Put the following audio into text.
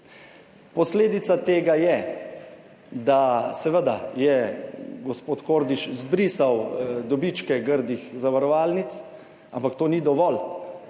Posledica tega je, da je seveda gospod Kordiš zbrisal dobičke grdih zavarovalnic, ampak to ni dovolj.